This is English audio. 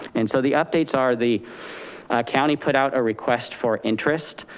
and so the updates are, the county put out a request for interest,